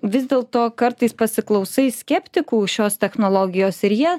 vis dėl to kartais pasiklausai skeptikų šios technologijos ir jie